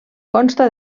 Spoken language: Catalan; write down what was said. consta